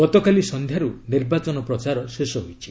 ଗତକାଲି ସନ୍ଧ୍ୟାରୁ ନିର୍ବାଚନ ପ୍ରଚାର ଶେଷ ହୋଇଛି